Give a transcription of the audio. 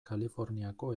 kaliforniako